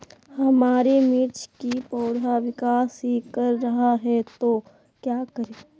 हमारे मिर्च कि पौधा विकास ही कर रहा है तो क्या करे?